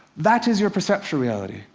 that is your perceptual reality.